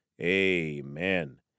amen